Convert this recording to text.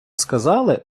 сказали